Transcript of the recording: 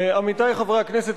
עמיתי חברי הכנסת,